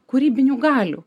kūrybinių galių